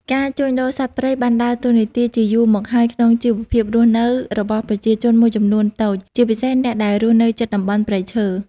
ការជួញដូរសត្វព្រៃបានដើរតួនាទីជាយូរមកហើយក្នុងជីវភាពរស់នៅរបស់ប្រជាជនមួយចំនួនតូច ជាពិសេសអ្នកដែលរស់នៅជិតតំបន់ព្រៃឈើ។